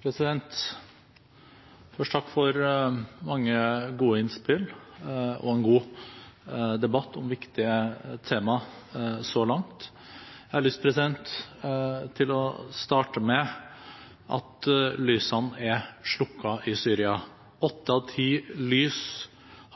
Først vil jeg takke for mange gode innspill og for en god debatt om viktige temaer, så langt. Jeg har lyst til å starte med at lysene er slukket i Syria. Åtte av ti lys